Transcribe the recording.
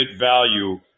value